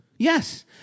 Yes